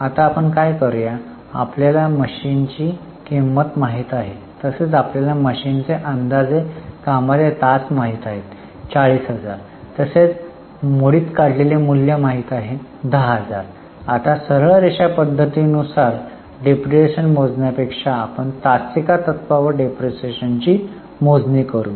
आता आपण काय करू या आपल्याला मशीनची किंमत माहित आहे तसेच आपल्याला मशीनचे अंदाजे कामाचे तास माहीत आहेत 40000 तसेच मोडीत काढलेले मूल्य माहित आहे 10000 आता सरळ रेषा पद्धती नुसार डिप्रीशीएशन मोजण्यापेक्षा आपण तासिका तत्वावर डिप्रीशीएशनची मोजणी करू